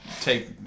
take